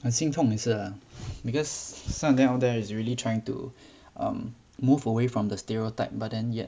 很心痛也是 lah because some of them out there is really trying to um move away from the stereotype but then yet